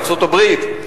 ארצות-הברית,